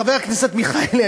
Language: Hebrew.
חבר הכנסת מיכאלי,